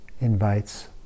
invites